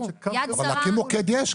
אבל לכן מוקד יש,